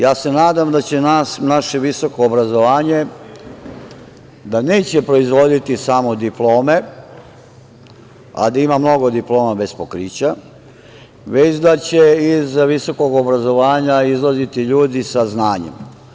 Ja se nadam da će nas naše visoko obrazovanje, da neće proizvoditi samo diplome, a da ima mnogo diploma bez pokrića, već da će iza visokog obrazovanja izlaziti ljudi sa znanjem.